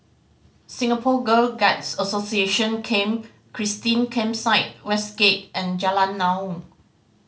Singapore Girl Guides Association Camp Christine Campsite Westgate and Jalan Naung